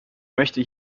möchte